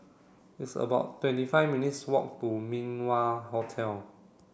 it's about twenty five minutes' walk to Min Wah Hotel